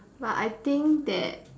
but I think that